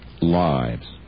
lives